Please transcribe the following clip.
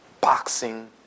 boxing